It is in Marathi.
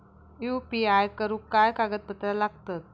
यू.पी.आय करुक काय कागदपत्रा लागतत?